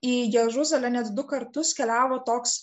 į jeruzalę net du kartus keliavo toks